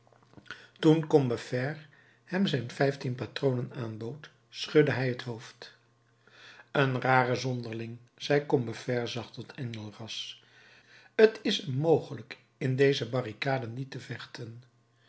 toen combeferre hem zijn vijftien patronen aanbood schudde hij het hoofd een rare zonderling zei combeferre zacht tot enjolras t is hem mogelijk in deze barricade niet te vechten